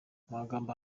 amagambo